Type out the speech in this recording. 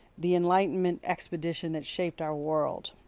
the enlightenment expedition that shaped our world.